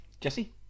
Jesse